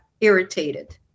irritated